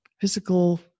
physical